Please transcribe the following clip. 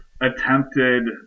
attempted